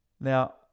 Now